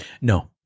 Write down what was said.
No